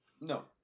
No